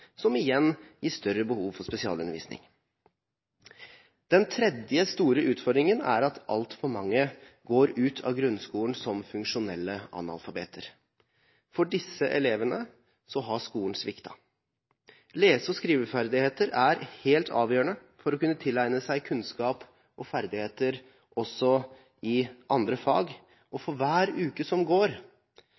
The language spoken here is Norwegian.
som igjen gir større behov for spesialundervisning. Den tredje store utfordringen er at altfor mange går ut av grunnskolen som funksjonelle analfabeter. For disse elevene har skolen sviktet. Lese- og skriveferdigheter er helt avgjørende for å kunne tilegne seg kunnskap og ferdigheter også i andre fag. For hver uke som går,